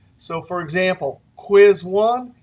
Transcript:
so for example, quiz one,